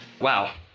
Wow